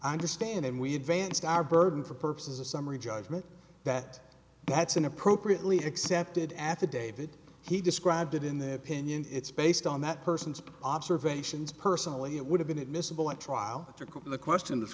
i understand and we advanced our burden for purposes of summary judgment that that's an appropriately accepted affidavit he described it in their opinion it's based on that person's observations personally it would have been admissible at trial the question